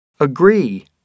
agree